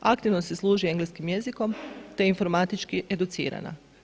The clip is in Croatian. Aktivno se služi engleskim jezikom te je informatički educirana.